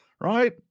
right